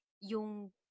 yung